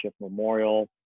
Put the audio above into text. memorial